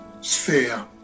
sphere